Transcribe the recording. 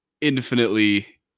infinitely